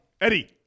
Eddie